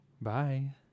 Bye